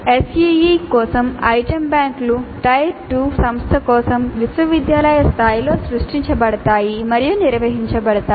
SEE కోసం item బ్యాంకులు tier 2 సంస్థ కోసం విశ్వవిద్యాలయ స్థాయిలో సృష్టించబడతాయి మరియు నిర్వహించబడతాయి